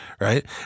right